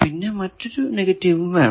പിന്നെ മറ്റൊരു നെഗറ്റീവും വേണം